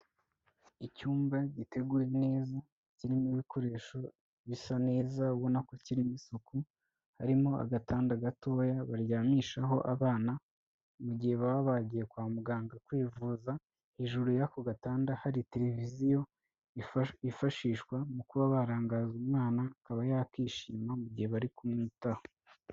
Icyumba giteguye neza kirimo ibikoresho bisa neza; ubona ko kirimo isuku harimo agatanda gatoya baryamishaho abana mu gihe baba bagiye kwa muganga kwivuza. Hejuru y'ako gatanda hari televiziyo yifashishwa mu kuba barangaza umwana akaba yakishima mu gihe bari kumwitaho.